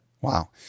Wow